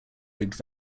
rigged